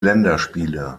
länderspiele